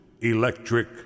electric